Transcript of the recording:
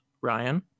Ryan